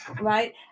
right